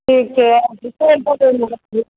ठीक छै बिसरि जेबै ओहि महक चीज